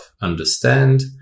understand